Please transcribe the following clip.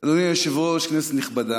אדוני היושב-ראש, כנסת נכבדה,